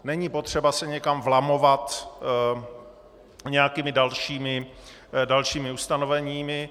Není potřeba se někam vlamovat nějakými dalšími ustanoveními.